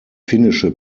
finnische